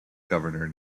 governor